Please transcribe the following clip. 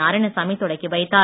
நாராயணசாமி தொடக்கிவைத்தார்